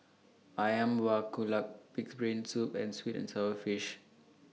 Ayam Buah Keluak Pig'S Brain Soup and Sweet and Sour Fish